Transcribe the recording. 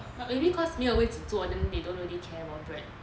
but maybe cause 为有位子坐 then they don't really care about bread